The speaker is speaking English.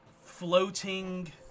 floating